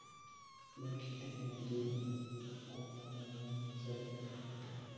मैं खेतिहर मजदूर हों ता कौन मोला लोन मिल सकत हे का?